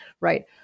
right